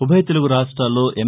ఉభయ తెలుగు రాష్టాల్లో ఎం